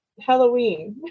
Halloween